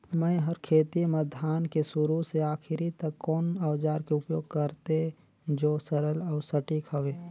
मै हर खेती म धान के शुरू से आखिरी तक कोन औजार के उपयोग करते जो सरल अउ सटीक हवे?